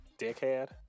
dickhead